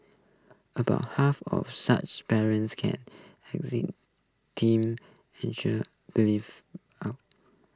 about half of such parents can exam team